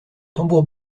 tambour